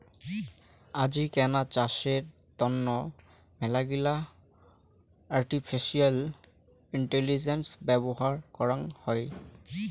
আজিকেনা চাষের তন্ন মেলাগিলা আর্টিফিশিয়াল ইন্টেলিজেন্স ব্যবহার করং হই